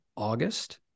august